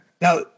Now